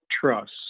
Trust